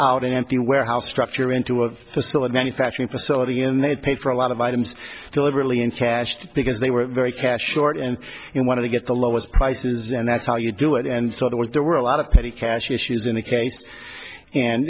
out an empty warehouse structure into a facility manufacturing facility and they paid for a lot of items deliberately in cash because they were very cash short and you want to get the lowest prices and that's how you do it and so it was there were a lot of petty cash issues in the case